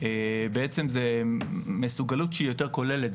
בעצם זה מסוגלות שהיא יותר כוללת,